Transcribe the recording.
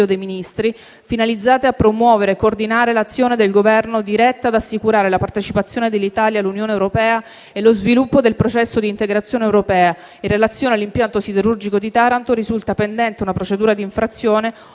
dei ministri, finalizzate a promuovere e coordinare l'azione del Governo diretta ad assicurare la partecipazione dell'Italia all'Unione europea e lo sviluppo del processo di integrazione europea. In relazione all'impianto siderurgico di Taranto, risulta pendente una procedura di infrazione